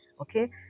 okay